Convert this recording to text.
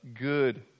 good